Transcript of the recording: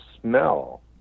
smell